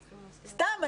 סתם,